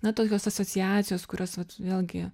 na tokios asociacijos kurios vat vėlgi